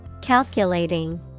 Calculating